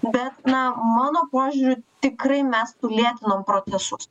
bet na mano požiūriu tikrai mes sulėtinom procesus